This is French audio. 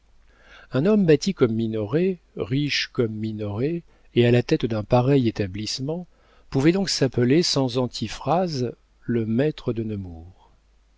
un homme bâti comme minoret riche comme minoret et à la tête d'un pareil établissement pouvait donc s'appeler sans antiphrase le maître de